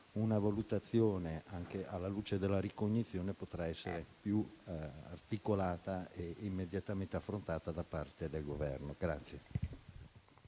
una valutazione, anche alla luce della ricognizione, potrà essere più articolata e immediatamente affrontata da parte del Governo.